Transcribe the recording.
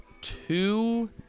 Two